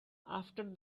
after